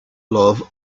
love